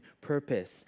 purpose